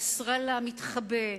נסראללה מתחבא,